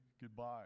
goodbye